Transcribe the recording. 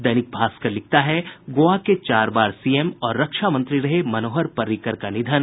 दैनिक भास्कर लिखता है गोवा के चार बार सीएम और रक्षा मंत्री रहे मनोहर पर्रिकर का निधन